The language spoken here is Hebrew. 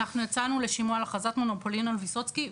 אנחנו יצאנו לשימוע על הכרזת מונופולין על ויסוצקי.